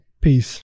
peace